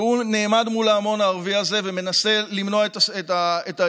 והוא נעמד מול ההמון הערבי הזה ומנסה למנוע את העימות.